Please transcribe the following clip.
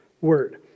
word